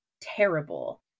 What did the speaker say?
terrible